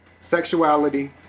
sexuality